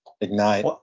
ignite